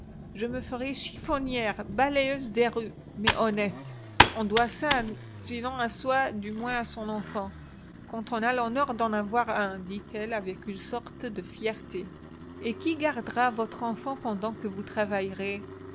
je me ferai chiffonnière balayeuse des rues mais honnête on doit ça sinon à soi du moins à son enfant quand on a l'honneur d'en avoir un dit-elle avec une sorte de fierté et qui gardera votre enfant pendant que vous travaillerez